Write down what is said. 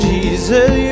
Jesus